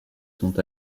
sont